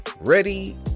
ready